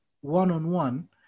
one-on-one